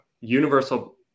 universal